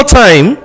time